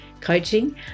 coaching